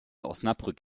osnabrück